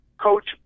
coach